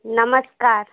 नमस्कार